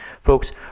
Folks